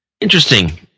Interesting